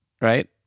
right